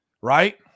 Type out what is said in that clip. right